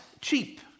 cheap